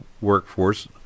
workforce